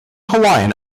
hawaiian